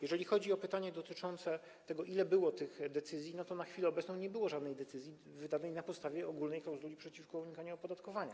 Jeżeli chodzi o pytanie dotyczące tego, ile było tych decyzji, to na chwilę obecną nie było żadnej decyzji wydanej na podstawie ogólnej klauzuli przeciwko unikaniu opodatkowania.